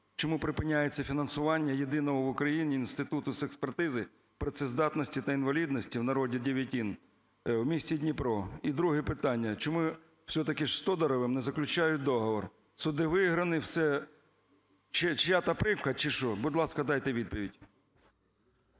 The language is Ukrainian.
чому припиняється фінансування єдиного в Україні Інституту з експертизи працездатності та інвалідності, в народі ДІВЕТІН, в місті Дніпро? І друге питання все-таки з Тодуровим не заключають договір? Суди виграні, все. Чиясь примха чи що? Будь ласка, дайте відповідь.